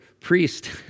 priest